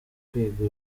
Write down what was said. kwiga